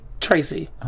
Tracy